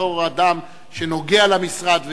בתור אדם שנוגע למשרד,